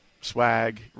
swag